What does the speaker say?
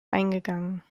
eingegangen